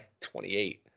28